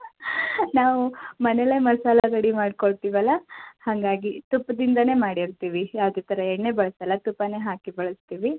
ನಾವು ಮನೆಲೆ ಮಸಾಲಾ ರೆಡಿ ಮಾಡ್ಕೊಳ್ತೀವಲ್ಲ ಹಾಗಾಗಿ ತುಪ್ಪದಿಂದನೇ ಮಾಡಿರ್ತೀವಿ ಯಾವುದೇ ಥರ ಎಣ್ಣೆ ಬಳಸಲ್ಲ ತುಪ್ಪನೇ ಹಾಕಿ ಬಳಸ್ತೀವಿ